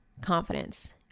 confidence